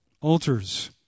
altars